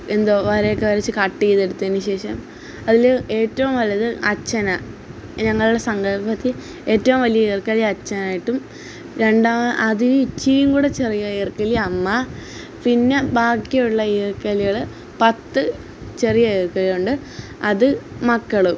എന്തോ വരെയൊക്കെ വരച്ച് കട്ട് ചെയ്ത് എടുത്തതിനു ശേഷം അതില് ഏറ്റവും വലുത് അച്ഛനാണ് ഞങ്ങളുടെ സങ്കൽപ്പത്തില് ഏറ്റവും വലിയ ഈർക്കലി അച്ഛനായിട്ടും അതില് ഇച്ചിരിയും കൂടെ ചെറിയ ഈർക്കലി അമ്മ പിന്ന ബാക്കിയുള്ള ഈർക്കലികള് പത്ത് ചെറിയ ഈർക്കിലുണ്ട് അത് മക്കളും